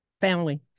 family